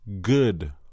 good